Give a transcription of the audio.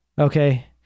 Okay